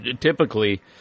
typically